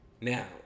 Now